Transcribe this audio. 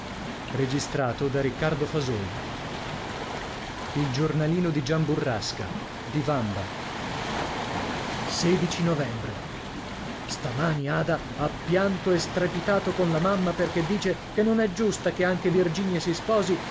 e chi sa quanti dolci e e a novembre stamani ada ha pianto e strepitato con la mamma perché dice che non è giusta che anche virginia si sposi